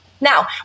Now